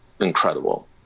incredible